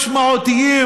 משמעותיים,